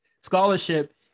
scholarship